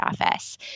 office